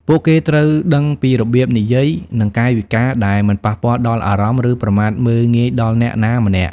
ពួកគេត្រូវដឹងពីរបៀបនិយាយ និងកាយវិការដែលមិនប៉ះពាល់ដល់អារម្មណ៍ ឬប្រមាថមើលងាយដល់អ្នកណាម្នាក់។